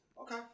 Okay